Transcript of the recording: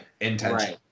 intention